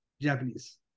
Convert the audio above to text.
Japanese